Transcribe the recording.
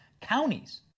counties